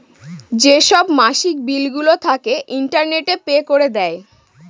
যেসব মাসিক বিলগুলো থাকে, ইন্টারনেটে পে করে দেয়